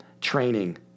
training